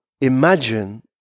imagine